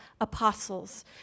apostles